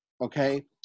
okay